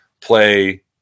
play